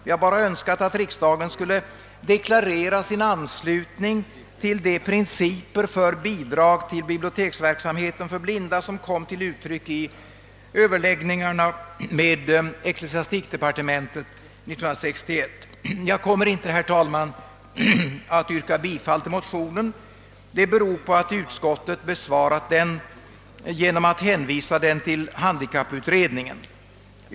Vi har bara önskat, att riksdagen skall deklarera sin anslutning till de principer för bidrag till biblioteksverksamheten för blinda som kom till uttryck i överläggningarna med ecklesiastikdepartementet år 1961. Jag kommer inte, herr talman, att yrka bifall till motionen. Det beror på att utskottet har besvarat den genom att hänvisa den till handikapputredningen.